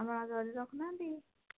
ଆପଣ ଜରି ରଖୁନାହାନ୍ତି